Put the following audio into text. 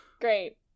Great